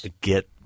get